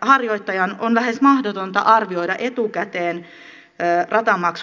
harjoittajan on lähes mahdotonta arvioida etukäteen ratamaksun tulevaa määrää